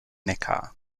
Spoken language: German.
neckar